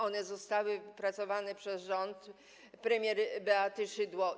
One zostały wypracowane przez rząd premier Beaty Szydło.